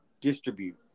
distribute